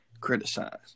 criticize